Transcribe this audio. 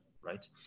Right